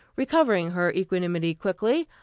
recovering her equanimity quickly.